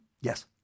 Yes